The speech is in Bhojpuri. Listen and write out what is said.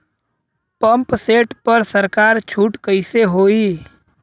पंप सेट पर सरकार छूट कईसे होई?